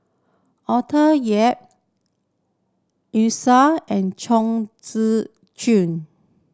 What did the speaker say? Arthur Yap and Chong